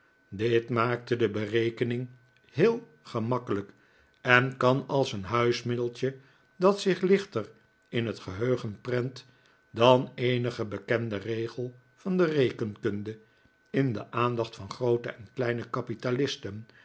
dit maakte de berekening heel gemakkelijk en kan als een huismiddeltje dat zich lichter in het geheugen prent dan eenige bekende regel van de rekenkunde in de aandacht van groote en kleine kapitalisten